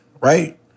Right